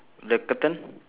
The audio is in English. the curtain